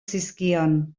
zizkion